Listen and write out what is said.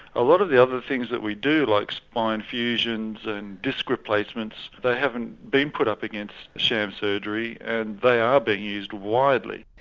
a lot of the other things that we do like spine fusions and disc replacements they haven't been put up against sham surgery and they are being but used widely.